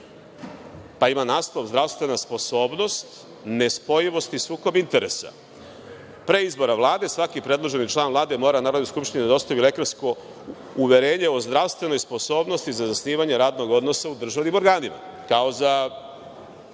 pa ima naslov „Zdravstvena sposobnost, nespojivost i sukob interesa“. Pre izbora Vlade, svaki predloženi član Vlade mora Narodnoj skupštini da dostavi lekarsko uverenje o zdravstvenoj sposobnosti za zasnivanje radnog odnosa u državnim organima,